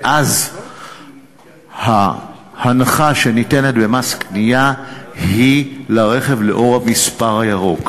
ואז ההנחה שניתנת במס הקנייה היא לרכב לפי המספר הירוק.